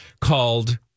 called